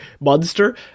monster